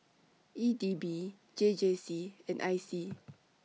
E D B J J C and I C